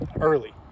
early